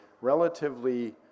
relatively